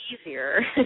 easier